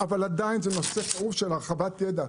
אבל זה עדיין נושא כאוב של הרחבת ידע,